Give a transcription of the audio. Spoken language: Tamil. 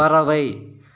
பறவை